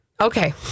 Okay